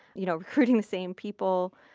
you know recruiting the same people.